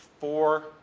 four